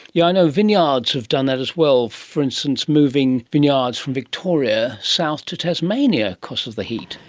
yeah know vineyards have done that as well, for instance moving vineyards from victoria south to tasmania because of the heat.